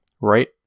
right